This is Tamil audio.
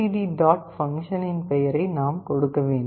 டி டாட் ஃபங்க்ஷனின் பெயரை நாம் கொடுக்க வேண்டும்